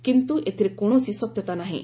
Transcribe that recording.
କିନ୍ତୁ ଏଥିରେ କୌଣସି ସତ୍ୟତା ନାହିଁ